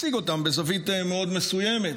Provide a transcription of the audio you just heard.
הציג אותן בזווית מאד מסוימת,